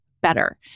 better